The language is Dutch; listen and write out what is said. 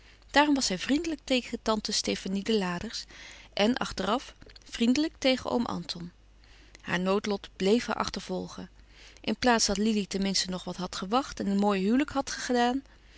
daarom was zij vriendelijk tegen tante stefanie de laders en achteraf vriendelijk tegen oom anton haar noodlot bleef haar achtervolgen in plaats dat lili ten minste nog wat had gewacht en een mooi huwelijk had gedaan